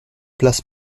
place